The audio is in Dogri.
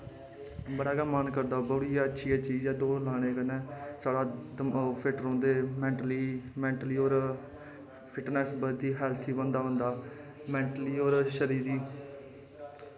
बड़ा गै मन करदा दौड़ियै बड़ी अच्छी अच्छी साढ़े ओह् फिट्ट रौंह्दे मैंन्टली होर फिटनैस बदधी हैल्दी बनदा बंदा मैंटली होर शरीरिक